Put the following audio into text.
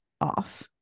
off